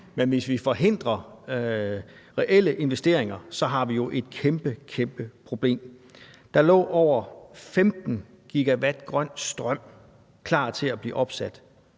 men hvis vi forhindrer reelle investeringer, har vi jo et kæmpe kæmpe problem. Der lå over 15 GW grøn strøm klar til at blive opsat,